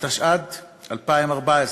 התשע"ד 2014,